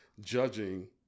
judging